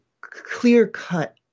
clear-cut